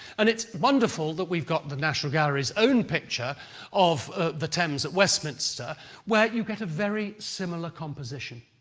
and it's wonderful that we've got the national gallery's own picture of the thames at westminster where you get a very similar composition.